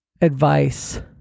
advice